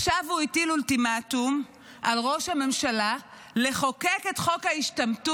עכשיו הוא הטיל אולטימטום על ראש הממשלה לחוקק את חוק ההשתמטות